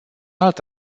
alt